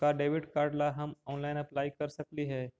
का debit card ला हम ऑनलाइन अप्लाई कर सकली हे?